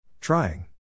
Trying